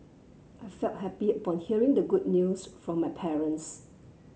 I felt happy upon hearing the good news from my parents